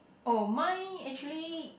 oh mine actually